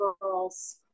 girls